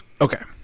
Okay